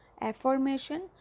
affirmation